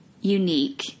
unique